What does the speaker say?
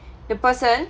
the person